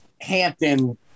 Hampton